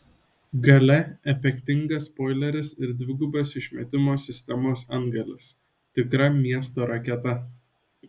gale efektingas spoileris ir dvigubas išmetimo sistemos antgalis tikra miesto raketa